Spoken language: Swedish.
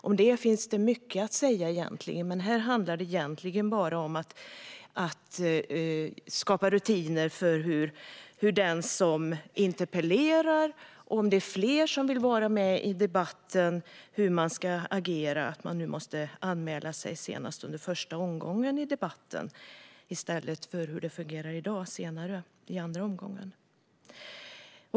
Om detta finns mycket att säga, men här handlar det om att talare utöver interpellanten hädanefter måste anmäla sig senast under första debattomgången i stället för som nu, senast i andra omgången.